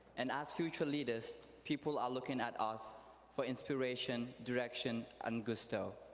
and as future leaders people are looking at us for inspiration, direction, and gusto.